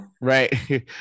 Right